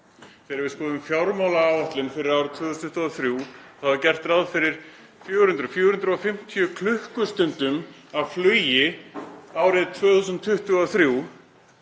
Þegar við skoðum fjármálaáætlun fyrir árið 2023 er gert ráð fyrir 400 til 450 klukkustundum af flugi árið 2023.